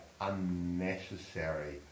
unnecessary